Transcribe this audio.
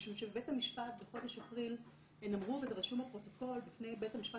משום שבבית המשפט בחודש אפריל הם אמרו ודרשו מהפרוטוקול בפני בית המשפט